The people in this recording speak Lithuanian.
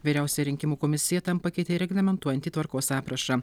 vyriausia rinkimų komisija tam pakeitė reglamentuojantį tvarkos aprašą